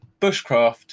bushcraft